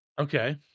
Okay